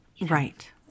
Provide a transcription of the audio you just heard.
Right